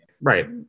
Right